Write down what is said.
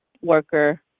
worker